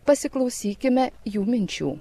pasiklausykime jų minčių